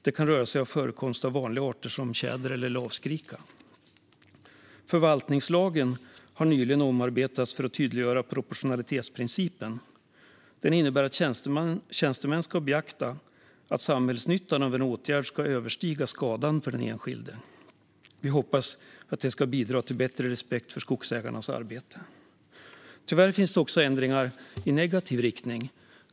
Det kan röra sig om förekomst av vanliga arter som tjäder eller lavskrika. Förvaltningslagen har nyligen omarbetats för att tydliggöra proportionalitetsprincipen. Den innebär att tjänstemän ska beakta att samhällsnyttan av en åtgärd ska överstiga skadan för den enskilde. Vi hoppas att detta ska bidra till bättre respekt för skogsägarnas arbete. Tyvärr finns det också ändringar i negativ riktning.